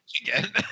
again